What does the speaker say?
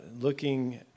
looking